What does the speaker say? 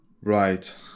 right